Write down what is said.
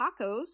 tacos